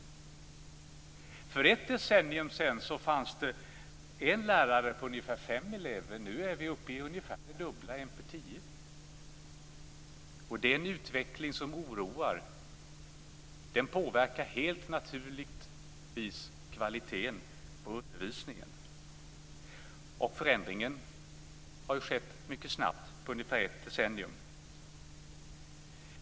För ett decennium sedan fanns det en lärare på ungefär fem elever. Nu är vi uppe i det dubbla, en på tio. Det är en utveckling som oroar. Det påverkar naturligtvis kvaliteten på undervisningen. Förändringen har också skett mycket snabbt, på ett decennium.